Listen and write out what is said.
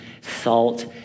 salt